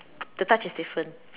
the touch is different